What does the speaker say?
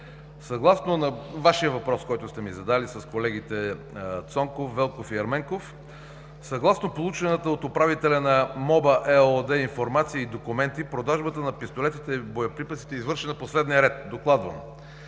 патрона. На Вашия въпрос, който сте ми задали с колегите Цонков, Велков и Ерменков: съгласно получената от управителя на „МОБА“ ЕООД информация и документи, продажбата на пистолетите и боеприпасите е извършена по следния ред. Докладвам.